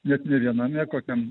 net ne viename kokiam